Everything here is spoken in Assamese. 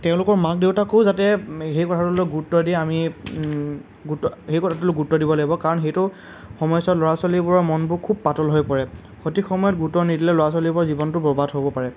তেওঁলোকৰ মাক দেউতাকেও যাতে সেই কথাটো লৈ গুৰুত্ব দিয়ে আমি গুৰুত্ৱ সেই কথাটোলৈ গুৰুত্ৱ দিব লাগিব কাৰণ সেইটো সময়চোৱাত ল'ৰা ছোৱালীবোৰৰ মনবোৰ খুব পাতল হৈ পৰে সঠিক সময়ত গুৰুত্ৱ নিদিলে ল'ৰা ছোৱালীবোৰৰ জীৱনটো বৰবাদ হ'ব পাৰে